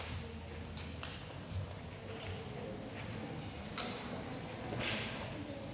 Tak